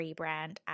rebrand